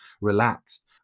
relaxed